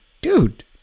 dude